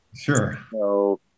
Sure